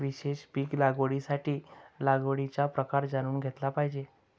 विशेष पीक लागवडीसाठी लागवडीचा प्रकार जाणून घेतला पाहिजे